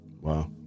Wow